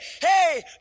hey